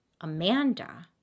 Amanda